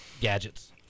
gadgets